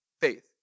faith